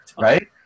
right